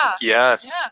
Yes